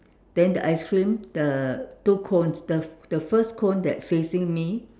then the ice cream the two cones the the first cone that facing me